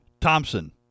Thompson